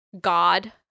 God